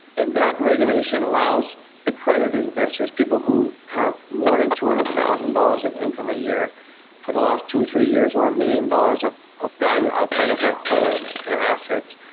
and that regulation allows accredited investors, people who have more than two hundred thousand dollars in income a year for the last two, or three years, or a million dollars of of value outside of their home and assets,